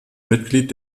mitglied